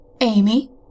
Amy